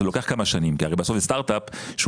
זה לוקח כמה שנים כי הרי בסוף זה סטארט-אפ שהוא